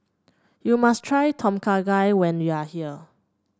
you must try Tom Kha Gai when you are here